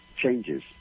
changes